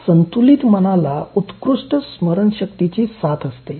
एका संतुलित मनाला उत्कृष्ट स्मरणशक्तीची साथ असते